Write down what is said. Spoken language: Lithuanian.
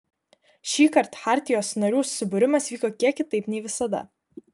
šįkart chartijos narių susibūrimas vyko kiek kitaip nei visada